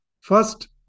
First